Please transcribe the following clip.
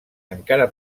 encara